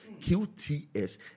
QTS